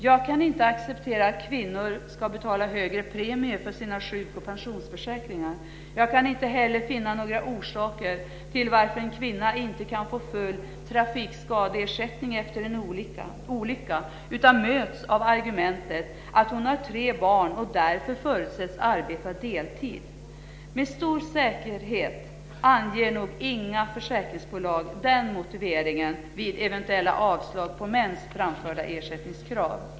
Jag kan inte acceptera att kvinnor ska betala högre premier för sina sjuk och pensionsförsäkringar. Jag kan inte heller finna några orsaker till att en kvinna inte kan få full trafikskadeersättning efter en olycka utan möts av argumentet att hon har tre barn och att hon därför förutsätts arbeta deltid. Med stor säkerhet anger nog inget försäkringsbolag den motiveringen vid eventuellt avslag på mäns framförda ersättningskrav.